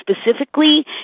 specifically